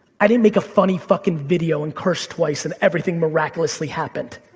i didn't make a funny fucking video and curse twice and everything miraculously happened.